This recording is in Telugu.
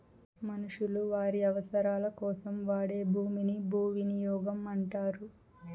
మనుషులు వారి అవసరాలకోసం వాడే భూమిని భూవినియోగం అంటారు